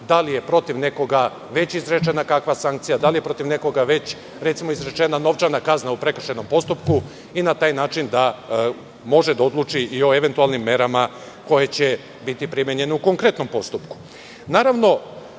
da li je protiv nekoga već izrečena kakva sankcija, da li je protiv nekoga recimo već izrečena novčana kazna u prekršajnom postupku i na taj način da može da odluči i o eventualnim merama koje će biti primenjene u konkretnom postupku. Naravno,